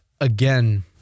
again